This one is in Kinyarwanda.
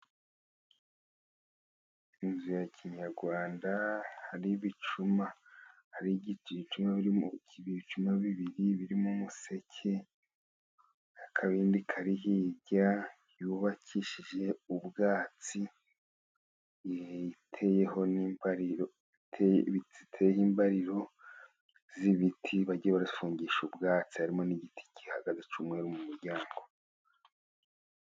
Inzu ya kinyarwanda hari ibicuma, hari ibicuma bibiri birimo umuseke, akabindi kari hirya yubakishije ubwatsi inzu iteyeho n' imbariro z' ibiti bagiye barafungisha ubwatsi, harimo n' igiti gihagaze cy' umweru mu muryango.